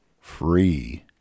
free